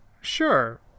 Sure